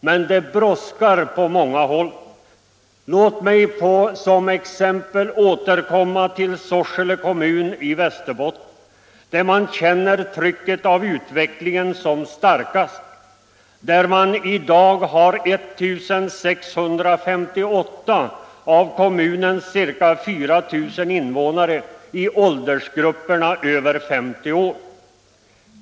Men det brådskar på många håll. ' Låt mig återkomma till Sorsele kommun i Västerbotten, där man känner trycket av utvecklingen som starkast. Där har man i dag 1 658 av kommunens-ca 4 000 invånare i åldersgrupperna över 50 år.